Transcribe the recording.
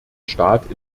staat